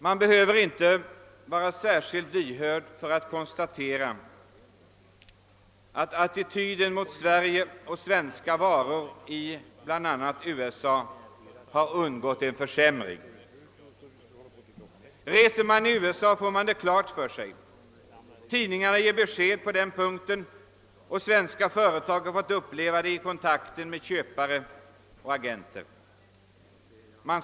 Man behöver inte vara särskilt lyhörd för att konstatera att attityden mot Sverige och svenska varor i bla. USA har undergått en försämring. Reser man i USA får man detta klart för sig. Tidningarna ger besked på den punkten, och svenska företag har fått uppleva det i kontakten med köpare och agenter.